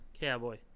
cowboy